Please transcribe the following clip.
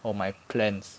or my plans